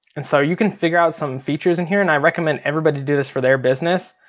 and so you can figure out some features in here. and i recommend everybody do this for their business.